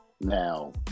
now